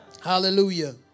Hallelujah